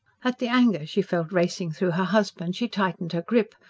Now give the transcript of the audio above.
at the anger she felt racing through her husband she tightened her grip,